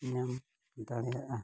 ᱧᱟᱢ ᱫᱟᱲᱮᱭᱟᱜᱼᱟ